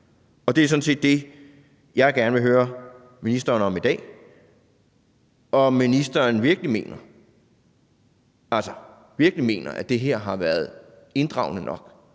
Og det er sådan set det, jeg gerne vil høre ministeren om i dag, altså om ministeren virkelig mener, at det her har været inddragende nok,